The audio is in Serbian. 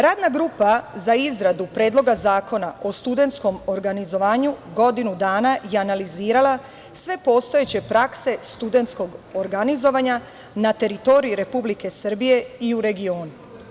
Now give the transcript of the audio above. Radna grupa za izradu Predloga zakona o studentskom organizovanju godinu dana je analizirala sve postojeće prakse studentskog organizovanja na teritoriji Republike Srbije i u regionu.